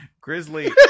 Grizzly